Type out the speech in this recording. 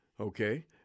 Okay